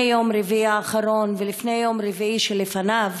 יום רביעי האחרון ולפני יום רביעי שלפניו,